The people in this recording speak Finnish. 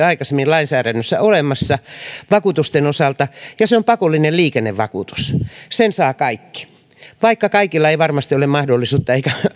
aikaisemmin olemassa vakuutusten osalta ja se on pakollinen liikennevakuutus sen saavat kaikki vaikka kaikilla ei varmasti ole mahdollisuutta eikä